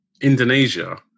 Indonesia